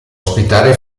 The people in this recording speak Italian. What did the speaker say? ospitare